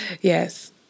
Yes